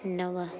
नव